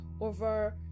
over